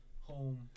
home